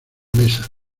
mesa